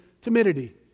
timidity